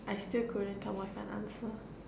I still couldn't come up with an answer